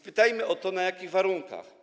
Spytajmy o to, na jakich warunkach.